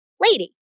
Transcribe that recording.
lady